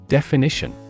Definition